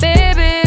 Baby